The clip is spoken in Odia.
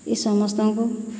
ଏ ସମସ୍ତଙ୍କୁ